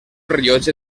rellotge